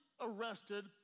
arrested